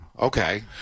Okay